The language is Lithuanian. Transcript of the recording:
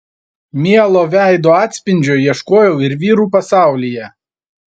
mielo veido atspindžio ieškojau ir vyrų pasaulyje